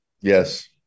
Yes